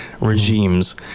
regimes